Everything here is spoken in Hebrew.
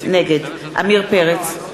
נגד עמיר פרץ,